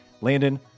Landon